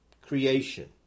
creation